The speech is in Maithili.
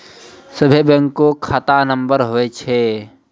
सभे बैंकमे खाता नम्बर हुवै छै